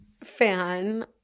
fan